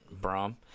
Brom